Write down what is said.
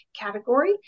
category